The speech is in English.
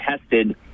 tested